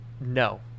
No